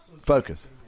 Focus